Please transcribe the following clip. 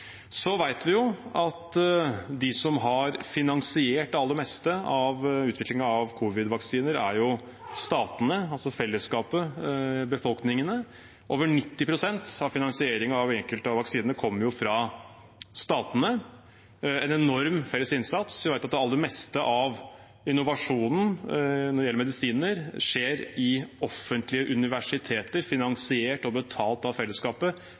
Vi vet at de som har finansiert det aller meste av utviklingen av covid-vaksiner, er statene, altså fellesskapet, befolkningene. Over 90 pst. av finansieringen av enkelte av vaksinene kommer fra statene – en enorm felles innsats. Vi vet at det aller meste av innovasjonen når det gjelder medisiner, skjer ved offentlige universiteter, finansiert og betalt av fellesskapet.